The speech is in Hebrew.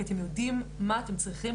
כי אתם יודעים מה אתם צריכים,